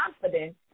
confidence